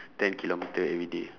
ten kilometre everyday